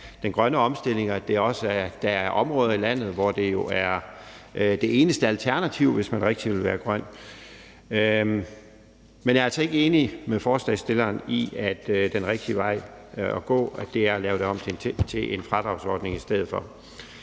den grønne omstilling. Der er områder i landet, hvor det jo er det eneste alternativ, hvis man rigtig vil være grøn. Men vi er altså ikke enige med forslagsstillerne i, at den rigtige vej at gå er at lave det om til en fradragsordning i stedet for.